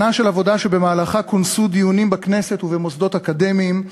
שנה של עבודה שבמהלכה כונסו דיונים בכנסת ובמוסדות אקדמיים,